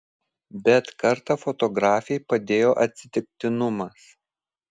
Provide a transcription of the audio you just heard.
bet kartą fotografei padėjo atsitiktinumas